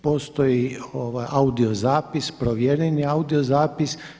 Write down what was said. Postoji audio zapis, provjereni audio zapis.